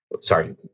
Sorry